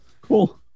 Cool